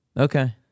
Okay